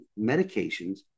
medications